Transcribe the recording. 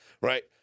right